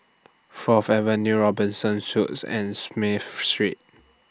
Fourth Avenue Robinson Suites and Smith Street